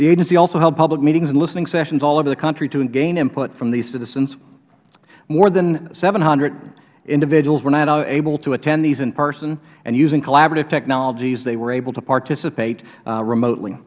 the agency also held public meetings and listening sessions all over the country to gain input from these citizens more than seven hundred individuals were not able to attend these in person using collaborative technologies they were able to participate remotely